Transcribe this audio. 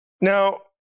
Now